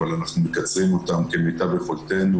אבל אנחנו מקצרים אותם כמיטב יכולתנו.